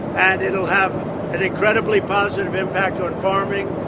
and it'll have an incredibly positive impact on farming,